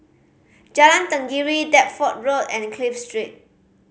Jalan Tenggiri Deptford Road and Clive Street